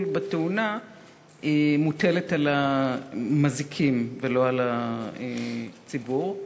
בתאונה מוטלת על המזיקים ולא על הציבור.